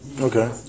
Okay